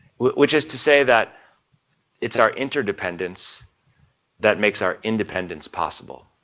which is to say that it's our interdependence that makes our independence possible.